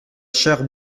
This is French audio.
chère